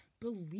believe